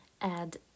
add